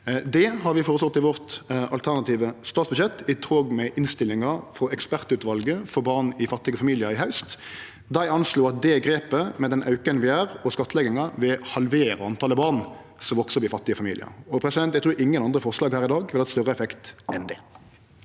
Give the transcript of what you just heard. Det har vi føreslått i det alternative statsbudsjettet vårt, i tråd med innstillinga frå ekspertutvalet for barn i fattige familiar i haust. Dei anslår at dette grepet, med den auken vi gjer, og skattlegginga, vil halvere talet på barn som veks opp i fattige familiar. Eg trur ingen andre forslag her i dag ville hatt større effekt enn det.